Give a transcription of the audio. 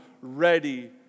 ready